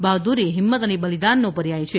બહાદુરી હિંમત અને બલિદાનનો પર્યાય છે